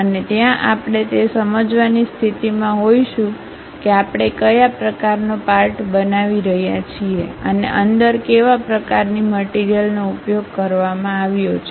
અને ત્યાં આપણે તે સમજવાની સ્થિતિમાં હોઈશું કે આપણે કયા પ્રકારનો પાર્ટ બનાવી રહ્યા છીએ અને અંદર કેવા પ્રકારની મટીરીયલનો ઉપયોગ કરવામાં આવ્યો છે